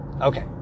okay